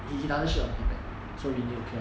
if he doesn't shit on the pee pad so we need to clear